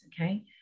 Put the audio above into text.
Okay